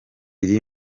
iri